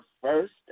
first